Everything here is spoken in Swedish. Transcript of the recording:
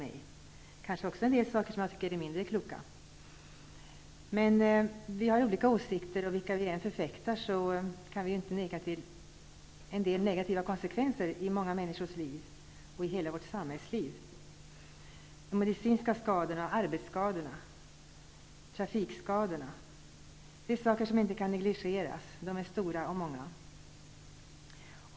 Det har också föreslagits en del saker som jag tycker är mindre kloka. Vi har olika åsikter. Men vilka åsikter vi än förfäktar kan vi inte neka till att det finns en del negativa konsekvenser i många människors liv och i hela vårt samhälle. Det förekommer medicinska skador, arbetsskador och trafikskador. Detta är skador som inte kan negligeras, eftersom de är stora och många.